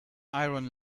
iron